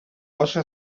oso